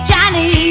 Johnny